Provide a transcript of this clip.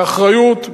באחריות,